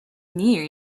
near